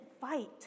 fight